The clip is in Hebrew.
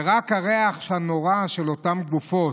רק הריח הנורא של אותן גופות,